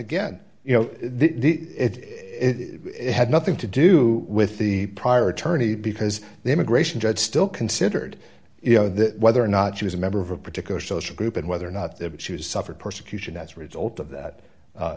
again you know it had nothing to do with the prior attorney because the immigration judge still considered you know that whether or not she was a member of a particular social group and whether or not that she has suffered persecution as a result of that